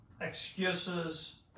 Excuses